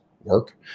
work